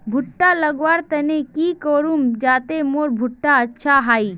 भुट्टा लगवार तने की करूम जाते मोर भुट्टा अच्छा हाई?